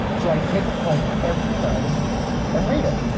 so i'd take a play every night and read it.